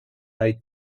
eight